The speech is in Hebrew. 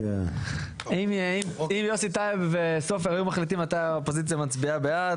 אם יוסי טייב וסופר היו מחליטים מתי האופוזיציה מצביעה בעד,